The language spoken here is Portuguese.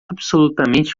absolutamente